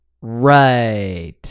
Right